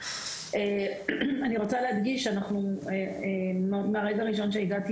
אני רוצה להדגיש שמהרגע הראשון שהגעתי,